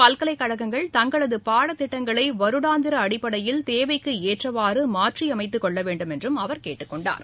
பல்கலைக்கழகங்கள் தங்களது பாடத்திட்டங்களை வருடாந்திர அடிப்படையில் தேவைக்கேற்றவாறு மாற்றியமைத்துக் கொள்ள வேண்டுமென்றும் அவர் கேட்டுக் கொண்டார்